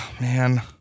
Man